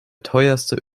teuerste